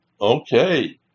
Okay